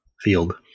field